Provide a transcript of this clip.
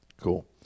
Cool